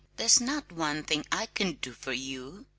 there's not one thing i can do for you!